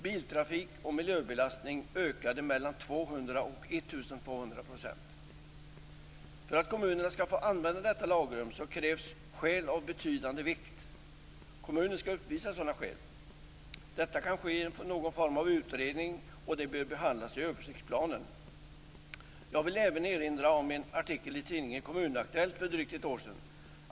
Biltrafik och miljöbelastning ökade med mellan 200 % och För att kommunerna skall få använda detta lagrum krävs skäl av betydande vikt. Kommunen skall uppvisa sådana skäl. Detta kan ske i någon form av utredning och bör behandlas i översiktsplanen. Jag vill även erinra om en artikel i tidningen Kommun Aktuellt för drygt ett år sedan.